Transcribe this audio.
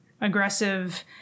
aggressive